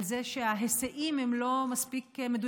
על זה שההיסעים עדיין לא מספיק מדויקים,